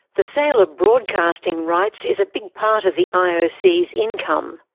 the sale of broadcasting rights is a big part of the ioc's income.